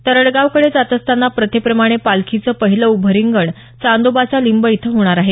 तरड़गाव कड़े जात असताना प्रथे प्रमाणे पालखीचं पहिलं उभं रिंगण चांदोबाचा लिंब इथं होणार आहे